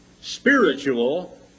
spiritual